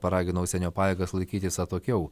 paragino užsienio pajėgas laikytis atokiau